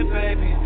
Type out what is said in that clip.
baby